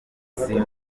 rudahigwa